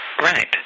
Right